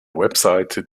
website